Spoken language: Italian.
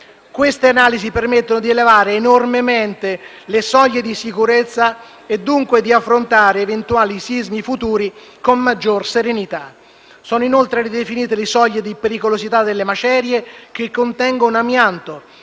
Queste analisi permettono di elevare enormemente le soglie di sicurezza e dunque di affrontare eventuali sismi futuri con maggior serenità. Sono inoltre ridefinite le soglie di pericolosità delle macerie che contengono amianto,